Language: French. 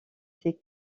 ses